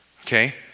Okay